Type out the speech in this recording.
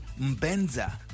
Mbenza